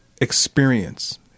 experience